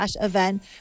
event